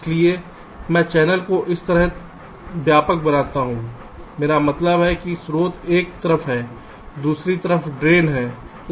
इसलिए मैं चैनल को इस तरह व्यापक बनाता हूं मेरा मतलब है कि स्रोत एक तरफ है दूसरी तरफ ड्रेन है